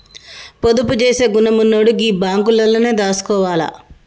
పొదుపు జేసే గుణమున్నోడు గీ బాంకులల్లనే దాసుకోవాల